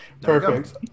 Perfect